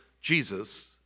Jesus